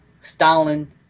Stalin